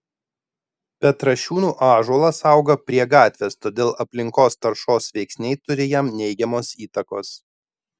petrašiūnų ąžuolas auga prie gatvės todėl aplinkos taršos veiksniai turi jam neigiamos įtakos